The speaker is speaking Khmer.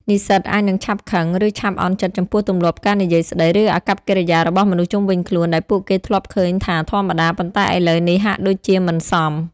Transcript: និស្សិតអាចនឹងឆាប់ខឹង ឬឆាប់អន់ចិត្តចំពោះទម្លាប់ការនិយាយស្តី ឬអាកប្បកិរិយារបស់មនុស្សជុំវិញខ្លួន ដែលពួកគេធ្លាប់ឃើញថាធម្មតា ប៉ុន្តែឥឡូវនេះហាក់ដូចជាមិនសម។